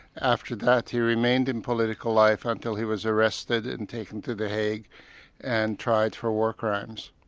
after that, he remained in political life until he was arrested and taken to the hague and tried for war crimes.